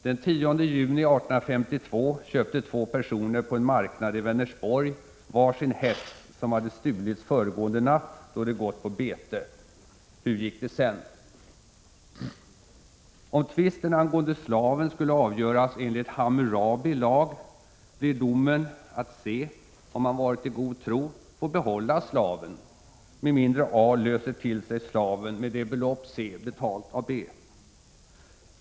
Den 10 juni 1852 köpte två personer på en marknad i Vänersborg var sin häst som hade stulits föregående natt då de gått på bete. Hur gick det sedan? Om tvisten angående slaven avgörs enligt Hammurabi lag blir domen att C, om han varit i god tro, får behålla slaven, om inte A löser till sig slaven med det belopp C betalt till B.